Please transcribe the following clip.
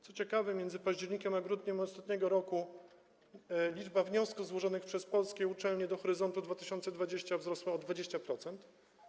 Co ciekawe, między październikiem a grudniem ostatniego roku liczba wniosków złożonych przez polskie uczelnie dotyczących Horyzontu 2020 wzrosła o 20%.